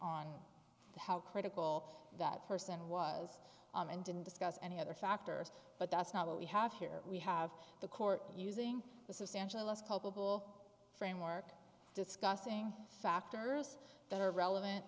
on how critical that person was and didn't discuss any other factors but that's not what we have here we have the court using a substantially less culpable framework discussing factors that are relevant